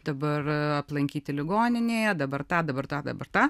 dabar aplankyti ligoninėje dabar tą dabar tą dabar tą